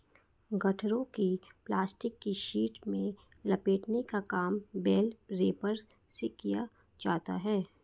गट्ठरों को प्लास्टिक की शीट में लपेटने का काम बेल रैपर से किया जाता है